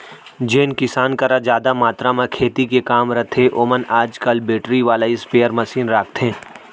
जेन किसान करा जादा मातरा म खेती के काम रथे ओमन आज काल बेटरी वाला स्पेयर मसीन राखथें